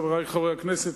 חברי חברי הכנסת,